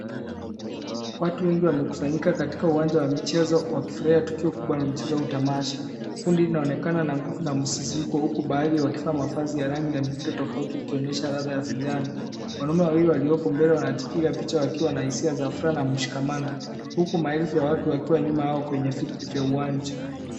Watu wengi wamekusanyika katika uwanja wa michezo wakifurahia tukio kubwa la mchezo au tamasha. Kundi linaonekana na nguvu na msisimko huku baadhi wakivaa mavazi ya rangi na miundo tofauti zikionyesha ladha ya vijana. Wanaume wawili walioko mbele wanajipiga picha wakiwa na hisia za furaha na mshikamano huku maelfu ya watu wakiwa nyuma yao kwenye viti vya uwanja.